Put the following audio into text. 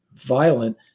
violent